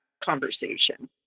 conversation